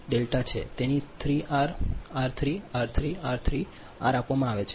તેથી તેને 3 R 3 R 3 R 3 R 3 R આપવામાં આવે છે